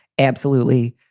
absolutely.